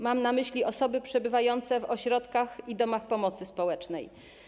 Mam na myśli osoby przebywające w ośrodkach i domach pomocy społecznej.